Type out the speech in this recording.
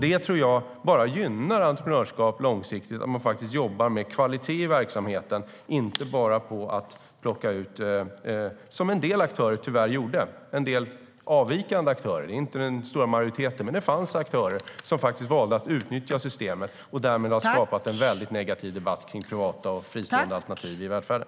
Det gynnar entreprenörskap långsiktigt att jobba med kvalitet i verksamheten, inte bara som en del avvikande aktörer har gjort - inte den stora majoriteten - nämligen utnyttjat systemet och skapat en negativ debatt om privata och fristående alternativ i välfärden.